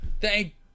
thank